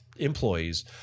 employees